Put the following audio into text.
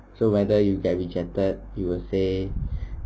so whether you get rejected you will say